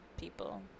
people